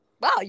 wow